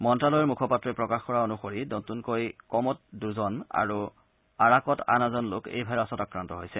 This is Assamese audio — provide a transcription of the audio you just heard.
মন্নালয়ৰ মুখপাত্ৰই প্ৰকাশ কৰা অনুসৰি নতনকৈ ক'মত দুজন আৰু আৰাকত আন এজন লোক এই ভাইৰাছত আক্ৰান্ত হৈছে